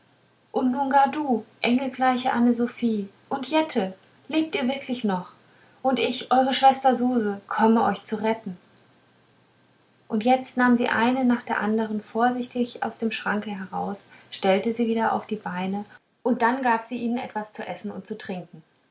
und nun gar du engelgleiche anne sophie und jette lebt ihr wirklich noch und ich eure schwester suse komme euch zu retten und jetzt nahm sie eine nach der andern vorsichtig aus dem schranke heraus stellte sie wieder auf die beine und dann gab sie ihnen etwas zu essen und zu trinken